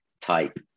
type